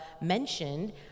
mentioned